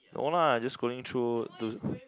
no lah just scrolling through the